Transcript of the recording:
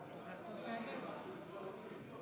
אתם יודעים שבכנסת יש הרבה מאוד אנשים מעניינים,